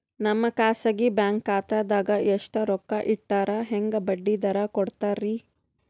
ನಮ್ಮ ಖಾಸಗಿ ಬ್ಯಾಂಕ್ ಖಾತಾದಾಗ ಎಷ್ಟ ರೊಕ್ಕ ಇಟ್ಟರ ಹೆಂಗ ಬಡ್ಡಿ ದರ ಕೂಡತಾರಿ?